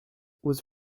was